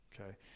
okay